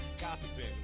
gossiping